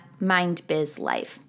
MindBizLife